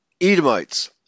Edomites